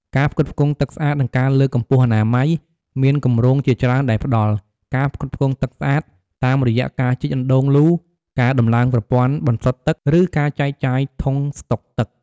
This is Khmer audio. ការផ្គត់ផ្គង់ទឹកស្អាត និងការលើកកម្ពស់អនាម័យ មានគម្រោងជាច្រើនដែលផ្ដល់ ការផ្គត់ផ្គង់ទឹកស្អាត តាមរយៈការជីកអណ្ដូងលូ ការដំឡើងប្រព័ន្ធបន្សុទ្ធទឹក ឬការចែកចាយធុងស្តុកទឹក។